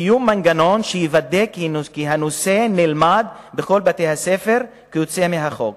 3. קיום מנגנון שיוודא כי הנושא נלמד בכל בתי-הספר כיוצא מהחוק,